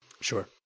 Sure